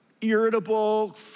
irritable